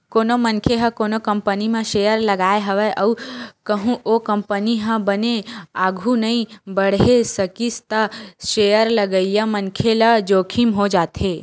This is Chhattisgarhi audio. कोनो मनखे ह कोनो कंपनी म सेयर लगाय हवय अउ कहूँ ओ कंपनी ह बने आघु नइ बड़हे सकिस त सेयर लगइया मनखे ल जोखिम हो जाथे